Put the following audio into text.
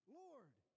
lord